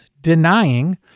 denying